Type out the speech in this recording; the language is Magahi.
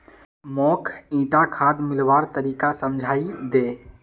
मौक ईटा खाद मिलव्वार तरीका समझाइ दे